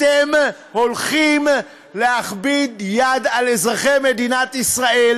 אתם הולכים להכביד יד על אזרחי מדינת ישראל